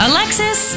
Alexis